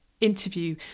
interview